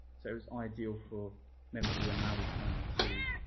so it was ideal for members of the o'malley clan to